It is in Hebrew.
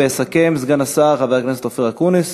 ויסכם סגן השר חבר הכנסת אופיר אקוניס.